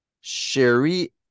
Sherry